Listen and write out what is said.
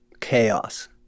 chaos